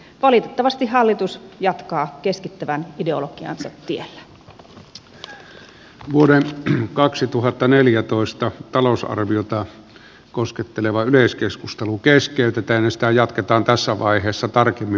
valitettavasti hallitus jatkaa keskittävän ideologiansa tiellään vuoden kaksituhattaneljätoista talousarviota kosketteleva yleiskeskustelu keskeytetään mistä jatketaan tässä vaiheessa tarkemmin